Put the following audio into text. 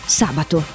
sabato